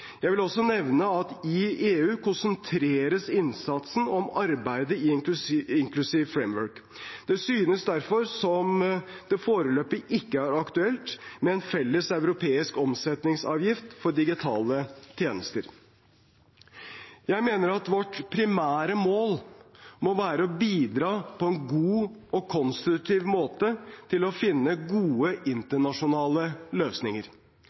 Jeg vil også nevne at i EU konsentreres innsatsen om arbeidet i Inclusive Framework. Det synes derfor som om det foreløpig ikke er aktuelt med en felles europeisk omsetningsavgift for digitale tjenester. Jeg mener at vårt primære mål må være å bidra på en god og konstruktiv måte til å finne gode internasjonale løsninger.